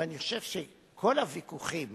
ואני חושב שכל הוויכוחים